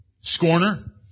scorner